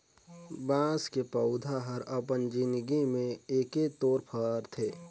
बाँस के पउधा हर अपन जिनगी में एके तोर फरथे